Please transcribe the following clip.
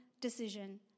decision